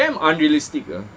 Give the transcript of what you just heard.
damn unrealistic ah